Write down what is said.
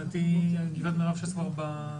לדעתי הגב' מירב שץ כבר בזום.